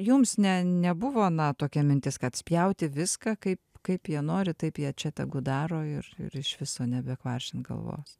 jums ne nebuvo na tokia mintis kad spjaut į viską kaip kaip jie nori taip jie čia tegu daro ir iš viso nebekvaršint galvos